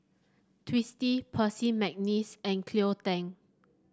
Twisstii Percy McNeice and Cleo Thang